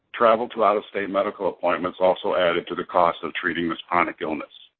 travel to out-of-state medical appointments also added to the cost of treating this chronic illness.